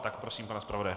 Tak prosím pana zpravodaje.